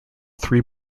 three